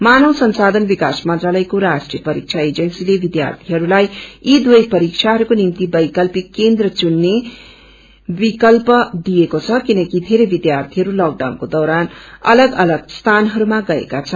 मानव संसाधन विकास मंत्रालयको राष्ट्रिय परीक्षा एएजेन्सीले विध्यार्थीहरूलाई यी दुवै परीक्षाहरूको निमित वैकल्पिक केन्द्र चुन्ने विकल्प दिएको छ किनकि वेरै विध्यार्थीहरू लकडाउनका दौरान अतग अतग स्थानहरूमा गएका छन्